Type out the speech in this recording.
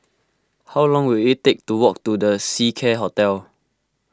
how long will it take to walk to the Seacare Hotel